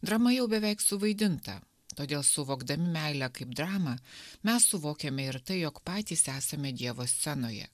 drama jau beveik suvaidinta todėl suvokdami meilę kaip dramą mes suvokiame ir tai jog patys esame dievo scenoje